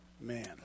Man